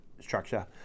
structure